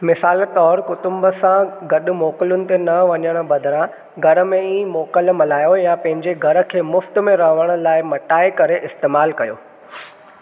मिसाल तौरु कुटुंब सां गॾु मोकलुनि ते न वञणु बदिरां घर में ई मोकल मल्हायो या पंहिंजे घर खे मुफ़्त में रहणु लाइ मटाए करे इस्तैमालु कयो